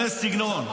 שנה סגנון.